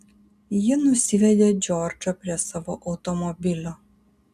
ji nusivedė džordžą prie savo automobilio